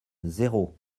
zéro